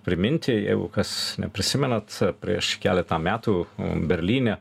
priminti jeigu kas neprisimenat prieš keletą metų berlyne